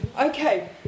Okay